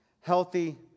healthy